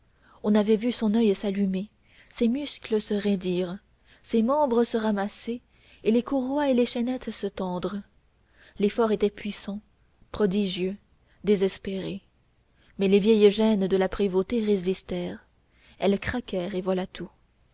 on avait vu son oeil s'allumer ses muscles se roidir ses membres se ramasser et les courroies et les chaînettes se tendre l'effort était puissant prodigieux désespéré mais les vieilles gênes de la prévôté résistèrent elles craquèrent et voilà tout